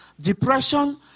depression